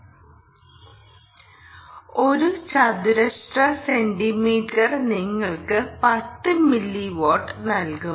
1 ചതുരശ്ര സെന്റിമീറ്റർ നിങ്ങൾക്ക് 10 milliwatt നൽകും